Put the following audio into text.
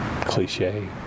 cliche